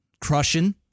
crushing